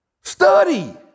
Study